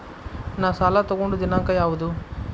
ನಾ ಸಾಲ ತಗೊಂಡು ದಿನಾಂಕ ಯಾವುದು?